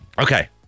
Okay